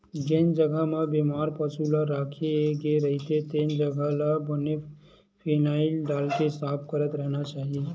जेन जघा म बेमार पसु ल राखे गे रहिथे तेन जघा ल बने फिनाईल डालके साफ करत रहिना चाही